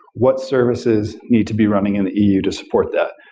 what services need to be running in the eu to support that?